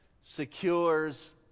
secures